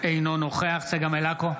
אינו נוכח צגה מלקו,